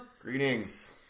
Greetings